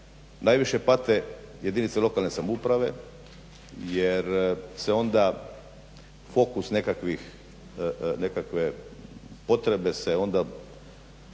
najviše pate jedinice lokalne samouprave, jer se onda fokus nekakvih, nekakve potrebe se onda